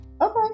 Okay